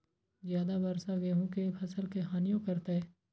ज्यादा वर्षा गेंहू के फसल के हानियों करतै?